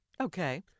Okay